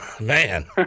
Man